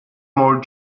more